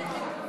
זה גם